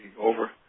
over